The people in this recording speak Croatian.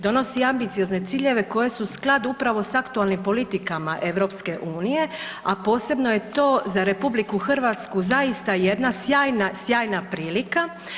Donosi ambiciozne ciljeve koje su sklad upravo sa aktualnim politikama EU, a posebno je to za RH zaista jedna sjajna, sjajna prilika.